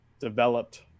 developed